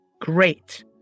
great